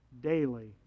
daily